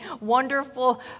wonderful